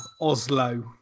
oslo